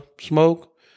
smoke